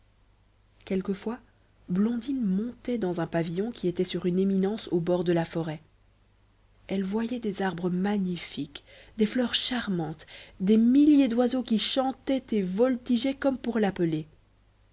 quelquefois blondine montait dans un pavillon qui était sur une éminence au bord de la forêt elle voyait des arbres magnifiques des fleurs charmantes des milliers d'oiseaux qui chantaient et voltigeaient comme pour l'appeler